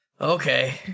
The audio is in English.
okay